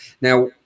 Now